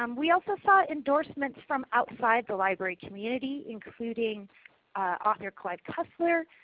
um we also sought endorsements from outside the library community including author clive cussler,